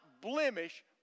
blemish